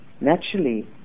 naturally